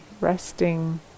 resting